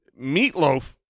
Meatloaf